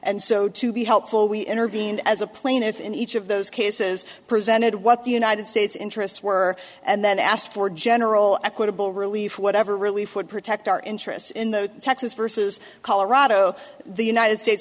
and so to be helpful we intervened as a plaintiff in each of those cases presented what the united states interests were and then asked for general equitable relief whatever relief would protect our interests in the texas versus colorado the united states